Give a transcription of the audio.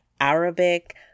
Arabic